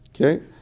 Okay